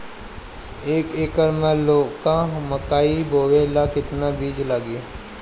एक एकर मे लौका मकई बोवे ला कितना बिज लागी?